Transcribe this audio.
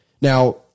Now